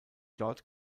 dort